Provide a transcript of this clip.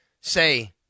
say